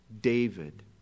David